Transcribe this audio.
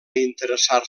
interessar